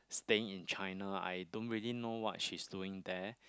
staying in China I don't really know what she's doing there